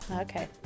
Okay